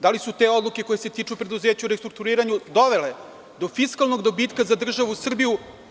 Da li su te odluke koje se tiču preduzeća u restrukturiranju dovele do fiskalnog dobitka za državu Srbiju?